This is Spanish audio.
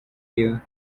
vida